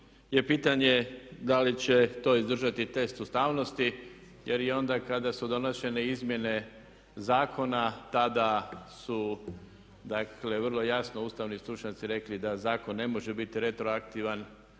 je pitanje da li će to izdržati test ustavnosti jer i onda kada su donošene izmjene zakona tada su vrlo jasno ustavni stručnjaci rekli da zakon ne može biti retroaktivan,